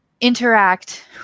interact